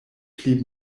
pli